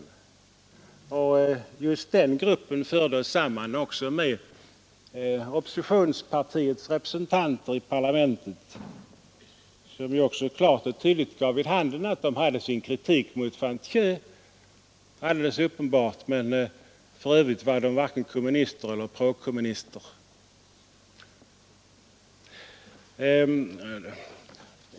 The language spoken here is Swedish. Vi fick också tillfälle att sammanträffa med oppositionspartiets representanter i parlamentet, vilka kritiserade Van Thieu, men för övrigt var de varken kommunister eller prokommunister utan stod bakom regeringens strävanden.